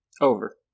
Over